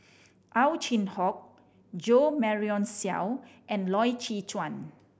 Ow Chin Hock Jo Marion Seow and Loy Chye Chuan